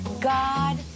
god